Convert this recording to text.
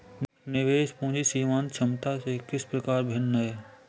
निवेश पूंजी सीमांत क्षमता से किस प्रकार भिन्न है?